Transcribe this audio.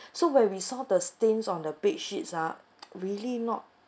so when we saw the stains on the bedsheets ah really not